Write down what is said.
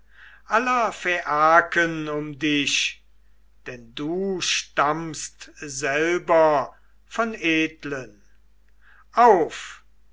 aller phaiaken um dich denn du stammst selber von edlen auf